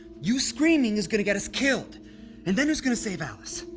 you screaming is gonna get us killed and then who's gonna save alice?